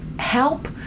help